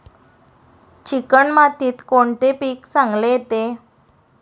Chicken मातीत कोणते पीक चांगले येते?